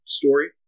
story